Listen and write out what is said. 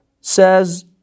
says